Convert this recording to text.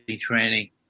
training